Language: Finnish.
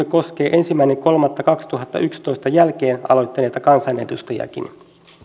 koskee sama kuin ensimmäinen kolmatta kaksituhattayksitoista jälkeen aloittaneita kansanedustajia